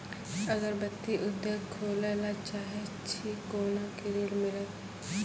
अगरबत्ती उद्योग खोले ला चाहे छी कोना के ऋण मिलत?